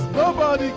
robot